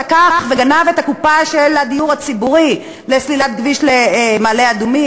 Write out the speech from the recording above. שלקח וגנב את הקופה של הדיור הציבורי לסלילת כביש למעלה-אדומים,